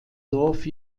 dorf